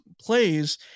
plays